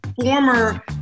former